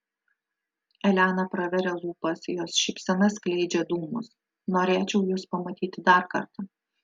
elena praveria lūpas jos šypsena skleidžia dūmus norėčiau jus pamatyti dar kartą